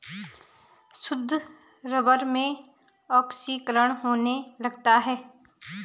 शुद्ध रबर में ऑक्सीकरण होने लगता है